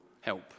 help